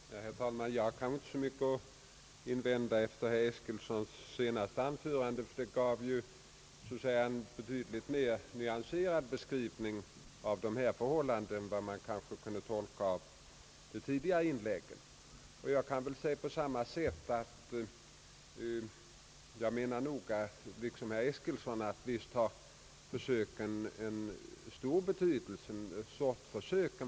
Herr talman! Jag har kanske inte så mycket att invända efter herr Eskilssons senaste anförande, ty det gav en betydligt mer nyanserad beskrivning av de rådande förhållandena än hans tidigare inlägg. Jag anser liksom herr Eskilsson, att sortförsöken visst har stor betydelse.